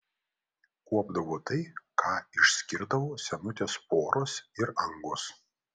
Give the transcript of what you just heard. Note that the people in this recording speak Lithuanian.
kuopdavo tai ką išskirdavo senutės poros ir angos